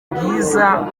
bwiza